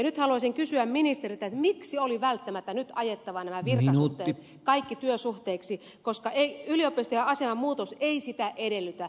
nyt haluaisin kysyä ministeriltä miksi oli välttämättä ajettava nyt nämä kaikki virkasuhteet työsuhteiksi koska yliopistojen aseman muutos ei sitä edellytä